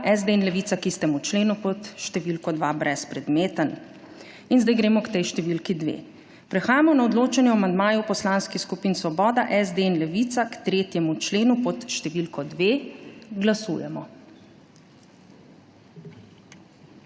SD in Levica k istemu členu pod številko 2 brezpredmeten. In zdaj gremo k tej številki 2. Prehajamo na odločanje o amandmaju Poslanskih skupin Svoboda, SD in Levica k 3. členu pod številko 2. Glasujemo.